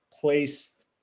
placed